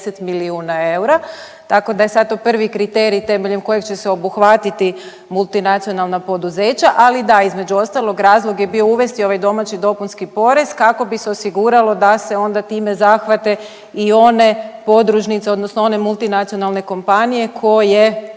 milijuna eura tako da je sad to prvi kriterij temeljem kojeg će se obuhvatiti multinacionalna poduzeća, ali da između ostalog razlog je bio uvesti ovaj domaći dopunski porez kako bi se osiguralo da se onda time zahvate i one podružnice odnosno one multinacionalne kompanije koje